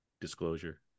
Disclosure